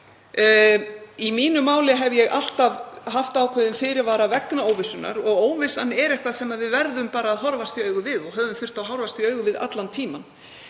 Í mínu máli hef ég alltaf haft ákveðinn fyrirvara vegna óvissunnar. Hún er eitthvað sem við verðum bara að horfast í augu við og höfum þurft að horfast í augu við allan tímann.